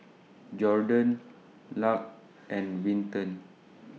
Jordon Luc and Winton